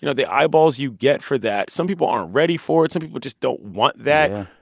you know the eyeballs you get for that. some people aren't ready for it. some people just don't want that.